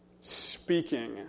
speaking